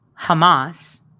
Hamas